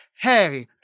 Hey